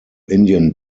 indian